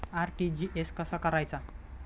RTGS कसा करायचा?